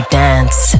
dance